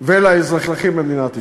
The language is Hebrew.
ולאזרחים במדינת ישראל.